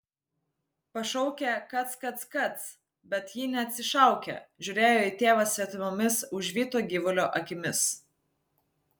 pašaukė kac kac kac bet ji neatsišaukė žiūrėjo į tėvą svetimomis užvyto gyvulio akimis